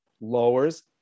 lowers